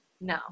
No